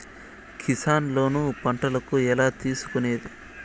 కిసాన్ లోను పంటలకు ఎలా తీసుకొనేది?